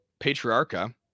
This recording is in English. Patriarcha